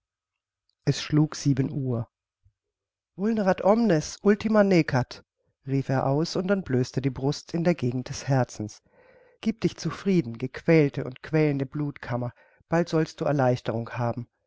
es schlug sieben uhr vulnerat omnes ultima necat rief er aus und entblößte die brust in der gegend des herzens gieb dich zufrieden gequälte und quälende blutkammer bald sollst du erleichterung haben